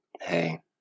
Hey